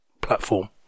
platform